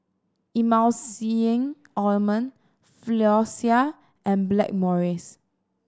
Emulsying Ointment Floxia and Blackmores